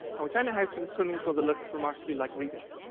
and we found a house with a swimming pool that looked remarkably like rita's.